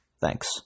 Thanks